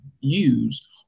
use